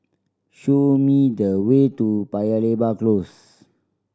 show me the way to Paya Lebar Close